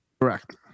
Correct